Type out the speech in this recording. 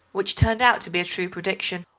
which turned out to be a true prediction.